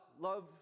love